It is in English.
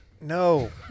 No